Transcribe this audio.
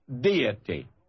deity